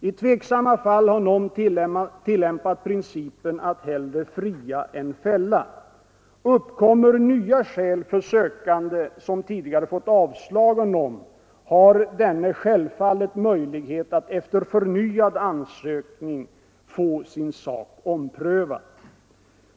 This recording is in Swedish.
I tveksamma fall har NOM tillämpat principen att ”hellre fria än fälla”. Uppkommer nya skäl för sökande som tidigare fått avslag av NOM, har denne självfallet möjlighet att efter förnyad ansökan få sin sak omprövad.